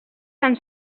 tan